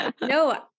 No